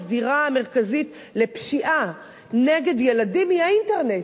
הזירה המרכזית לפשיעה נגד ילדים היא האינטרנט.